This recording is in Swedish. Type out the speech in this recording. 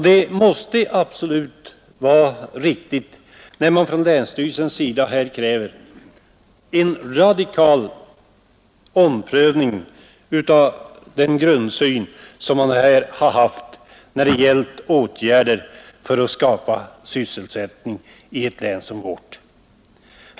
Det måste vara riktigt att länsstyrelsen i dag kräver en radikal omprövning av den grundsyn som man haft när det gällt åtgärder för att skapa sysselsättning i ett län som vårt.